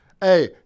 hey